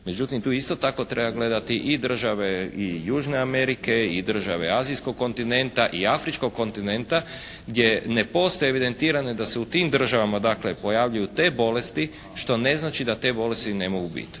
Međutim tu isto tako treba gledati i države i Južne Amerike i države azijskog kontinenta i afričkog kontinenta gdje ne postoji evidentirano da se u tim državama dakle pojavljuju te bolesti što ne znači da te bolesti ne mogu biti.